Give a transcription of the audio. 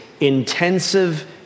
intensive